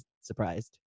surprised